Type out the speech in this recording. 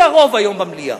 היא הרוב היום במליאה.